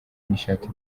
n’ishati